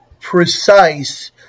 precise